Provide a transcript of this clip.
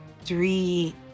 three